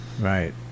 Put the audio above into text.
Right